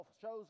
shows